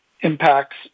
impacts